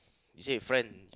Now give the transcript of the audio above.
say friend